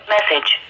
Message